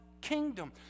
kingdom